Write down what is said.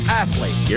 athlete